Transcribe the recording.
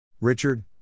Richard